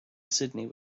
sydney